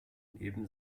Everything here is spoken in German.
neben